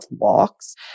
locks